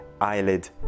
eyelid